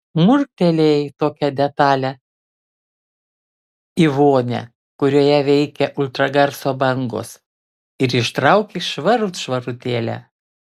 murktelėjai tokią detalią į vonią kurioje veikia ultragarso bangos ir ištrauki švarut švarutėlę